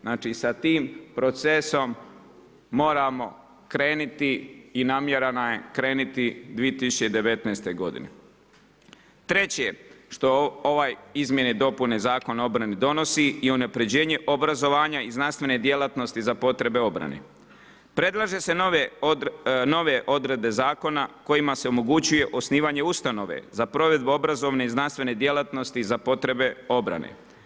Znači sa tim procesom moramo krenuti i namjera nam je krenuti 2019.g. Treće što ove izmjene i dopune Zakona o obrani donosi i unaprjeđenje obrazovanja i znanstvene djelatnosti za potrebe obrane, prelaže se nove odredbe zakona, kojima se omogućuje osnivanje ustanove, za provedbu obrazovne i znanstvene djelatnosti, za potrebe obrane.